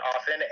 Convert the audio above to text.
often